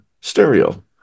stereo